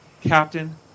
captain